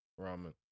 ramen